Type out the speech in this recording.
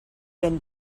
been